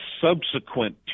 subsequent